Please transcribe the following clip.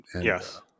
Yes